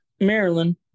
Maryland